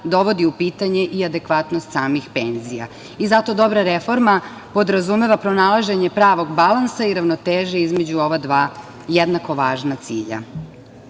dovodi u pitanje i adekvatnost samih penzija. Zato dobra reforma podrazumeva pronalaženje pravog balansa i ravnoteže između ova dva jednako važna